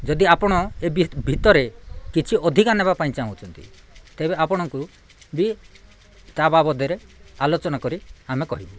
ଯଦି ଆପଣ ଏ ଭିତରେ କିଛି ଅଧିକା ନେବା ପାଇଁ ଚାହୁଁଛନ୍ତି ତେବେ ଆପଣଙ୍କୁ ବି ତା ବାବଦରେ ଆଲୋଚନା କରି ଆମେ କହିବୁ